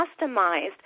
customized